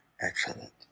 excellent